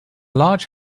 large